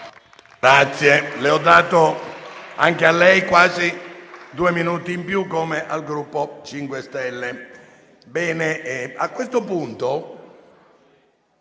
Grazie.